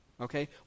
okay